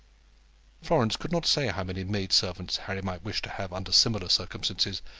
florence could not say how many maid-servants harry might wish to have under similar circumstances,